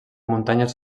muntanyes